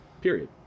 period